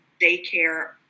daycare